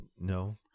No